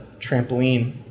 trampoline –